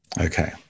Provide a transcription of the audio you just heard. Okay